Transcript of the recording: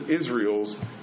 Israel's